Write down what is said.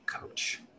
coach